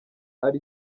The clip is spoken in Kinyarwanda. ari